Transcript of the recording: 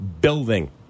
building